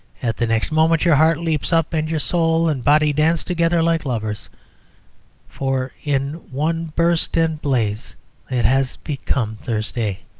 at the next moment your heart leaps up and your soul and body dance together like lovers for in one burst and blaze it has become thursday.